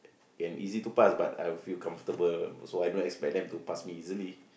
easy to pass but I will feel comfortable also I don't expect them to pass me easily